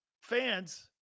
fans